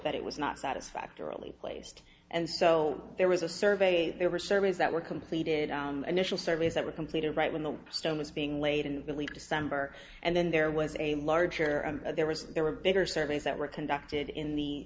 that it was not satisfactory only placed and so there was a survey there were surveys that were completed initial surveys that were completed right when the stone was being laid in early december and then there was a larger and there was there were bigger surveys that were conducted in the